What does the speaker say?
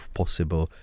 possible